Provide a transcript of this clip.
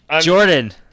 Jordan